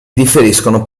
differiscono